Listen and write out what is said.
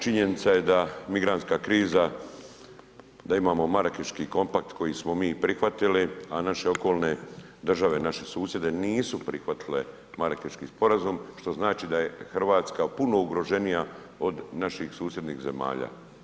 Činjenica je da migrantska kriza, da imamo marakeški kompakt koji smo mi prihvatili a naše okolne države, naši susjedi, nisu prihvatili Marakeški sporazum što znači da je Hrvatska puno ugroženija od naših susjednih zemalja.